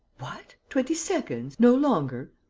what! twenty seconds? no longer?